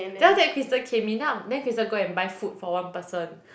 then after that Crystal came in then I'm then Crystal go and buy food for one person